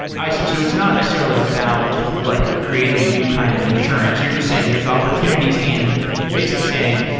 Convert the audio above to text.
i see. so it's not necessarily about like creating a new kind of insurance. you're just saying there's opportunities in basically saying,